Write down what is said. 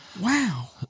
Wow